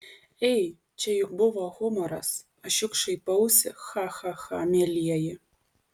ei čia juk buvo humoras aš juk šaipausi cha cha cha mielieji